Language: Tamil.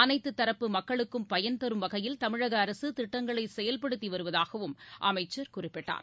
அனைத்து தரப்பு மக்களும் பயன்தரும் வகையில் தமிழக அரசு திட்டங்களை செயல்படுத்தி வருவதாகவும் அமைச்சர் குறிப்பிட்டார்